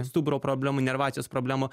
stuburo problemų inervacijos problemų